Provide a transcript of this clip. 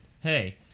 hey